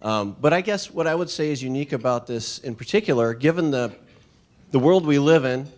but i guess what i would say is unique about this in particular given the the world we live in